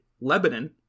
Lebanon